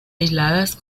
aisladas